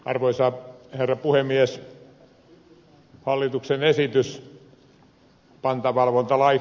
arvoisa herra puhemies